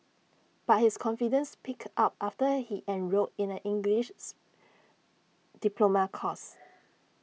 but his confidence picked up after he enrolled in A English diploma course